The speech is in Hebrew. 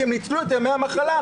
כי הם ניצלו את ימי המחלה.